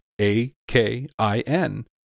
A-K-I-N